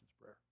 prayer